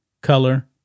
color